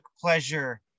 pleasure